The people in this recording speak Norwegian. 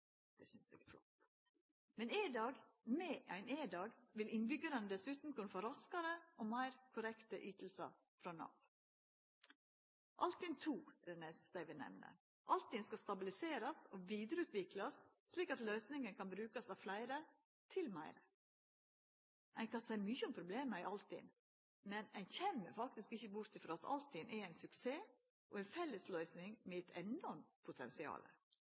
Det synest eg er flott! Med EDAG vil innbyggjarane dessutan kunne få raskare og meir korrekte ytingar frå Nav. Altinn 2 er det neste eg vil nemna. Altinn skal stabiliserast og videreutviklast, slik at løysinga kan brukast av fleire, og til meir. Ein kan seia mykje om problema i Altinn, men ein kjem ikkje bort frå at Altinn er ein suksess og ei fellesløysing med eit enormt